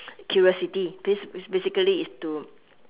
curiosity basi~ basically is to